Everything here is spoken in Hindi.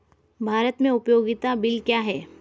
भारत में उपयोगिता बिल क्या हैं?